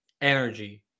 energy